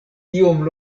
tiom